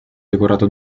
decorato